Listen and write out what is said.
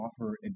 offer